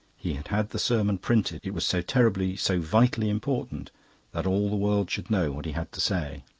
he had had the sermon printed it was so terribly, so vitally important that all the world should know what he had to say.